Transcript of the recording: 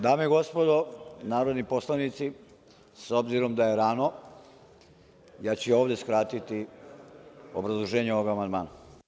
Dame i gospodo narodni poslanici, s obzirom da je rano, ja ću i ovde skratiti obrazloženje ovog amandmana.